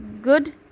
good